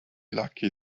lucky